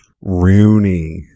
Rooney